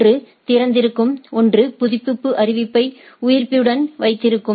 ஒன்று திறந்திருக்கும் ஒன்று புதுப்பிப்பு அறிவிப்பை உயிர்ப்புடன் வைத்திருக்கும்